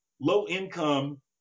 low-income